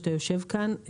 שאתה יושב כאן.